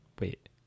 Wait